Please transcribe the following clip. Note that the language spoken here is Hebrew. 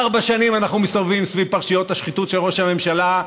ארבע שנים אנחנו מסתובבים סביב פרשיות השחיתות של ראש הממשלה,